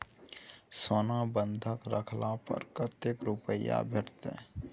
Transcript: सोना बंधक रखला पर कत्ते रुपिया भेटतै?